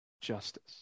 justice